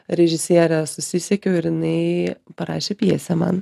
režisiere susisiekiau ir jinai parašė pjesę man